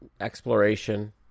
exploration